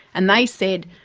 and they said,